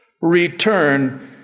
return